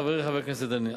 חברי חבר הכנסת חנין,